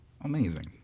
Amazing